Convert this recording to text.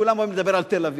כולם אוהבים לדבר על תל-אביב.